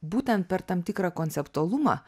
būtent per tam tikrą konceptualumą